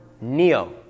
neo